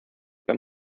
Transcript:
beim